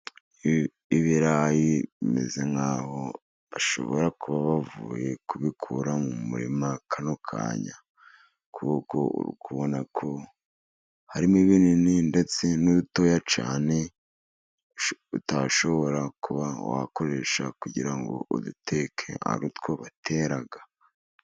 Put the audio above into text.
Ibirayi bimeze nkaho bashobora kuba bavuye kubikura murima kano kanya, kuko uri kubona ko harimo ibinini ndetse n'udutoya cyane utashobora kuba wakoresha kugira ngo uduteke, ari utwo batera.